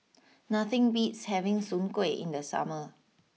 nothing beats having Soon Kway in the summer